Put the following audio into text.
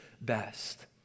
best